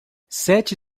sete